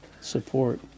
support